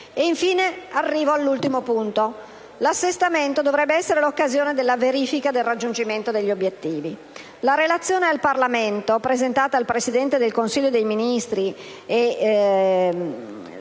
Infine, affronto l'ultimo aspetto. L'assestamento dovrebbe essere l'occasione per effettuare una verifica del raggiungimento degli obiettivi. La relazione al Parlamento presentata dal Presidente del Consiglio dei ministri e dal